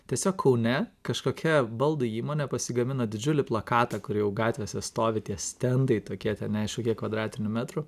tiesiog kaune kažkokia baldų įmonė pasigamino didžiulį plakatą kur jau gatvėse stovi tie stendai tokie ten neaišku kiek kvadratinių metrų